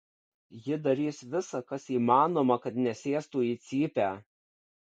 ji darys visa kas įmanoma kad nesėstų į cypę